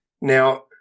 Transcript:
Now